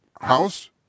house